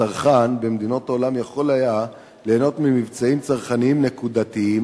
הצרכן במדינות העולם יכול היה ליהנות ממבצעים צרכניים נקודתיים,